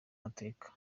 mateka